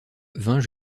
vint